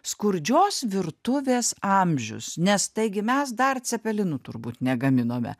skurdžios virtuvės amžius nes taigi mes dar cepelinų turbūt negaminome